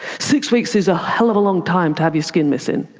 six weeks is a hell of a long time to have your skin missing.